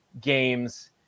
games